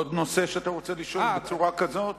עוד נושא שאתה רוצה לשאול בצורה כזאת?